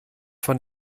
von